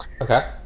Okay